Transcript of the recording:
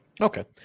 Okay